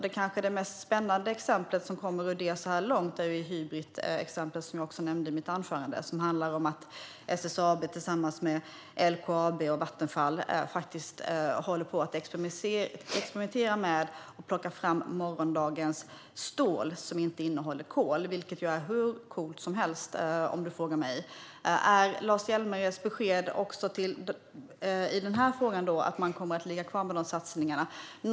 Det kanske mest spännande exempel som har kommit ut av det så här långt är Hybrit, som jag också nämnde i mitt anförande. Det handlar om att SSAB tillsammans med LKAB och Vattenfall håller på att experimentera med att ta fram morgondagens stål, som inte innehåller kol. Detta är hur coolt som helst, om du frågar mig. Är Lars Hjälmereds besked även i denna fråga att man kommer att behålla de satsningarna?